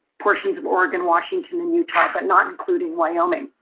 portions of oregon, washington and utah, but not including wyoming.